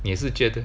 也是觉得